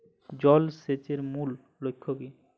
জল সেচের মূল লক্ষ্য কী?